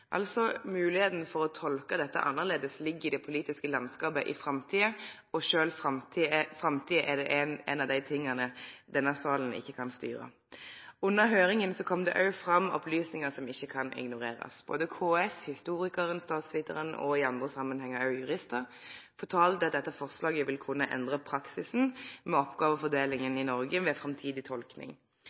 Altså: Moglegheita for å tolke dette annleis ligg i det politiske landskapet i framtida – og sjølve framtida er ein av dei tinga denne salen ikkje kan styre. Under høyringa kom det òg fram opplysningar som ikkje kan ignorerast. Både KS, historikaren, statsvitaren og i andre samanhengar òg juristar fortalde at dette forslaget vil kunne endre praksisen med oppgåvefordelinga i Noreg ved framtidig tolking.